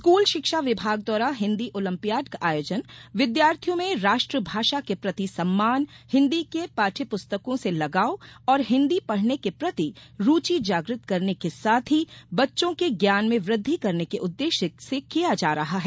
school शिक्षा विभाग द्वारा हिन्दी ओलंपियाड का आयोजन विद्यार्थियों में राष्ट्रभाषा के प्रति सम्मान हिन्दी की पाठ्य पुस्तकों से लगाव और हिन्दी पढ़ने के प्रति रूचि जागृत करने के साथ ही बच्चों के ज्ञान में वृद्धि करने के उद्देश्य से किया जा रहा है